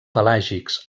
pelàgics